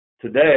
Today